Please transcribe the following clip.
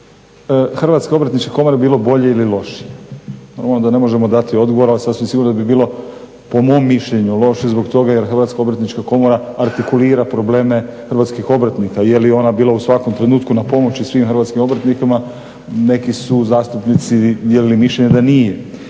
Hrvatske obrtničke komore bilo bolje ili lošije? Normalno da ne možemo dati odgovor, ali sasvim sigurno da bi bilo po mom mišljenju loše, zbog toga jer Hrvatska obrtnička komora artikulira probleme hrvatskih obrtnika je li ona bila u svakom trenutku na pomoći svim hrvatskim obrtnicima. Neki su zastupnici dijelili mišljenje da nije.